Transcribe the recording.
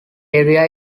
area